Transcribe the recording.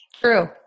True